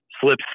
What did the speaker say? slips